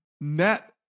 net